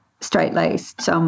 straight-laced